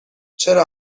چرا